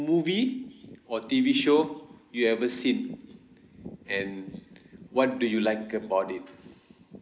movie or T_V show you ever seen and what do you like about it